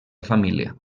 família